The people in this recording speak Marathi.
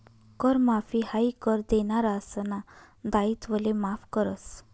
कर माफी हायी कर देनारासना दायित्वले माफ करस